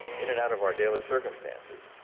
in and out of our daily circumstances,